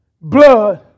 blood